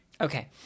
Okay